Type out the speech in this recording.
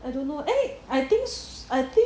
I don't know eh I think s~ I think